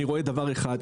אני רואה דבר אחד.